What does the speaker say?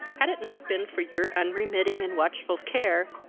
had it not been for your unremitting and watchful care,